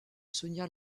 sonia